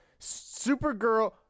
Supergirl